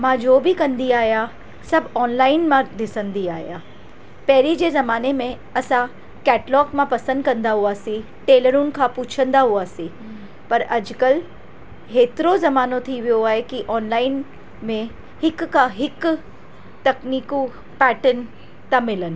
मां जो बि कंदी आहियां सभु ऑनलाइन मां ॾिसंदी आहियां पहिरें जे ज़माने में असां केटलॉग मां पसंदि कंदा हुआसीं टेलरुनि खां पुछंदा हुआसीं पर अॼु कल्ह हेतिरो ज़मानो थी वियो आहे कि ऑनलाइन में हिक खां हिकु तकनीकूं पैटर्न था मिलनि